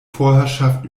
vorherrschaft